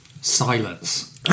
Silence